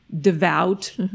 devout